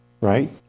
right